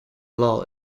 law